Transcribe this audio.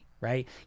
right